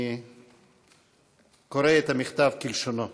אני קורא את המכתב כלשונו: